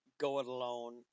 go-it-alone